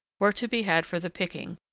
were to be had for the picking,